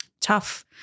tough